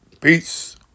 Peace